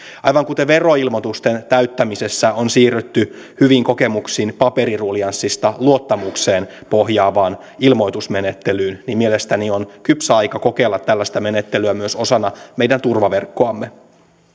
aivan kuten veroilmoitusten täyttämisessä on siirrytty hyvin kokemuksin paperiruljanssista luottamukseen pohjaavaan ilmoitusmenettelyyn mielestäni on kypsä aika kokeilla tällaista menettelyä myös osana meidän turvaverkkoamme